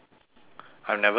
I'm never good at heights